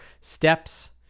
steps